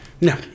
No